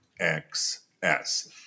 XS